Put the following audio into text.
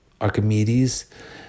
Archimedes